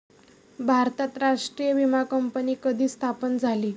भारतात राष्ट्रीय विमा कंपनी कधी स्थापन झाली?